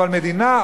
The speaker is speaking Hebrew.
אבל המדינה,